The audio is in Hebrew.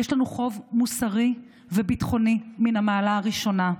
יש לנו חוב מוסרי וביטחוני מן המעלה הראשונה,